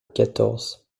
quatorze